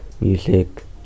music